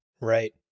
right